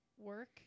work